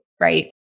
right